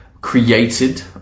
created